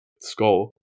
skull